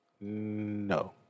No